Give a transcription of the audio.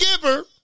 giver